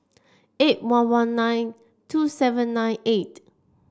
eight one one nine two seven nine eight